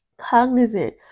cognizant